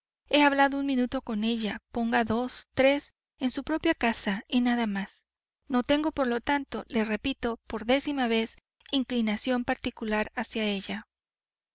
he hablado un minuto con ella ponga dos tres en su propia casa y nada más no tengo por lo tanto le repito por décima vez inclinación particular hacia ella